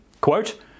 Quote